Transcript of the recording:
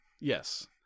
Yes